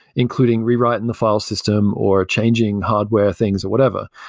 including rewriting the file system, or changing hardware things or whatever.